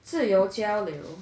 自由交流